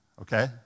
Okay